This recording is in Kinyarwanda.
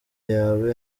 yawe